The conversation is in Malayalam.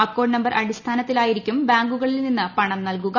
അക്കൌണ്ട് നമ്പർ അടിസ്ഥാനത്തിലായിരിക്കുക ബാങ്കുകളിൽ നിന്ന് പണംനൽകുക